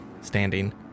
standing